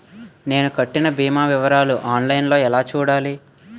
నేను కట్టిన భీమా వివరాలు ఆన్ లైన్ లో ఎలా చూడాలి?